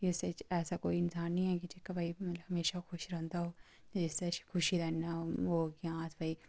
इस्सै च ऐसा कोई इंसान निं ऐ की जेह्का भाई हमेशा खुश रौहंदा होग ते इस्सै च खुशी दा इ'न्ना होग की अस भाई